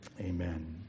Amen